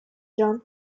john